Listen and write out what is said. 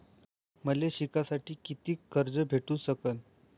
मले शिकासाठी कितीक कर्ज भेटू सकन?